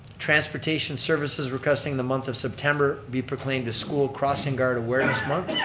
transportation services requesting the month of september be proclaimed a school crossing guard awareness month.